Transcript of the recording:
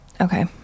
Okay